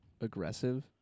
Aggressive